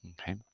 okay